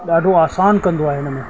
ॾाढो आसानु कंदो आहे हिन में